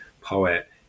poet